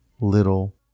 little